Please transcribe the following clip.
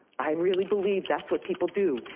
i really believe that's what people do.